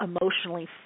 emotionally